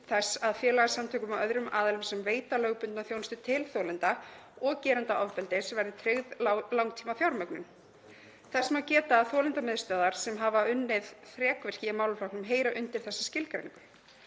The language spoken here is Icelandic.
þess að félagasamtökum og öðrum aðilum sem veita lögbundna þjónustu til þolenda og gerenda ofbeldis verði tryggð langtímafjármögnun. Þess má geta að þolendamiðstöðvar sem hafa unnið þrekvirki í málaflokknum heyra undir þessa skilgreiningu.